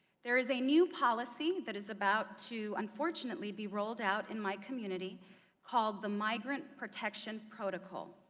there is a new policy that is about to unfortunately be ruled out in my community called the migrant protection protocol.